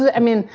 i mean,